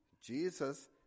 Jesus